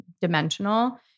dimensional